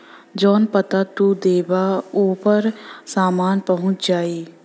जौन पता तू देबा ओपर सामान पहुंच जाई